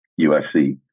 USC